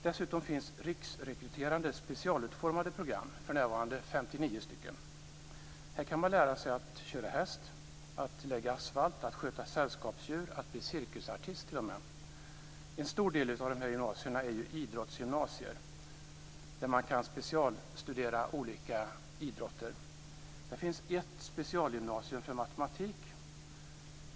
Dessutom finns riksrekryterande specialutformade program, för närvarande 59. Här kan man lära sig att köra häst, att lägga asfalt, att sköta sällskapsdjur och t.o.m. att bli cirkusartist. En stor del av dessa gymnasier är idrottsgymnasier, där man kan specialstudera olika idrotter. Där finns ett specialgymnasium för matematik.